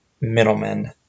middlemen